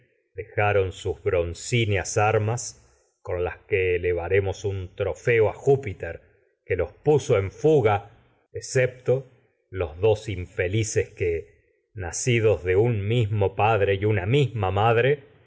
dejaron sus un broncíneas las que elevaremos trofeo a júpiter que los puso en que fuga excepto los dos infelices nacidos de un mismo padre y una misma madre